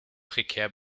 prekär